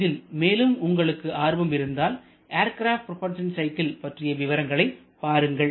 இதில் மேலும் உங்களுக்கு ஆர்வம் இருந்தால் ஏர்க்ரப்ட் ப்ரொபல்சன் சைக்கிள் பற்றிய விவரங்களை பாருங்கள்